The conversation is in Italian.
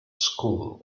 school